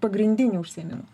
pagrindinį užsiėmimą